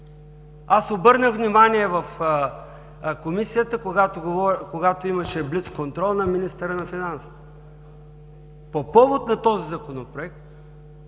Обърнах внимание в комисията, когато имаше блиц контрол на министъра на финансите. По повод на този законопроект